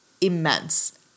immense